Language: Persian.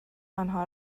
آنها